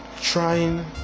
trying